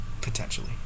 Potentially